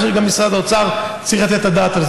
אני חושב שגם משרד האוצר צריך לתת את הדעת על